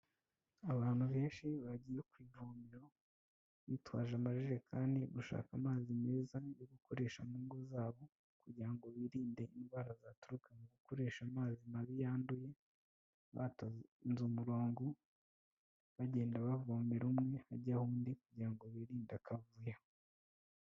Abantu benshi bagiye ku ivomero, bitwaje amajerekani gushaka amazi meza yo gukoresha mu ngo zabo kugira ngo birinde indwara zaturuka mu gukoresha amazi mabi yanduye, batonze umurongo bagenda bavomera umwe hajyaho undi kugira ngo birinde akavuyo.